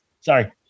sorry